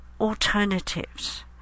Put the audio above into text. alternatives